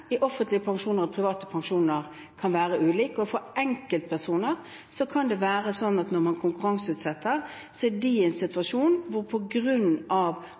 i offentlige pensjoner og i private pensjoner kan være ulik, og for enkeltpersoner kan det være sånn at når man konkurranseutsetter, er noen i en situasjon hvor